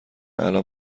الان